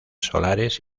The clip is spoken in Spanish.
solares